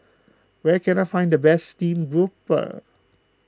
where can I find the best Steamed Grouper